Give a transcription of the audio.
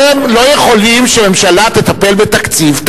ואתם לא יכולים שממשלה תטפל בתקציב,